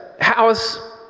house